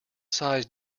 size